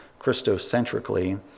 Christocentrically